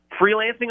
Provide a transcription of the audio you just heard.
freelancing